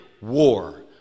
war